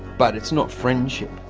but it's not friendship,